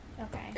Okay